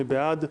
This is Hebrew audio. מי בעד?